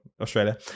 Australia